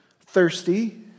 thirsty